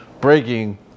breaking